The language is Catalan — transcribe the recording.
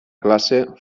classe